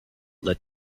led